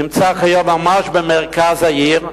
נמצא כיום ממש במרכז העיר,